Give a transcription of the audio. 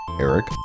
Eric